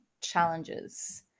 challenges